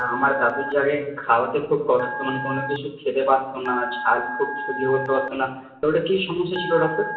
আমার দাদুর যা এ খাওয়াতে খুব মানে কোনো কিছু খেতে পারত না ঝাল খুব সহ্য করতে পারত না ওটা কী সমস্যা ছিল ডক্টর